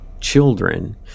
children